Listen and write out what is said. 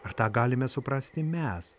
ar tą galime suprasti mes